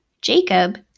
jacob